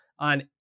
on